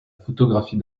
photographie